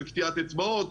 של קטיעת אצבעות,